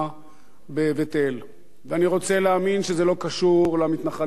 ואני רוצה להאמין שזה לא קשור למתנחלים ביהודה ובשומרון,